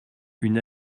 une